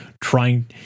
trying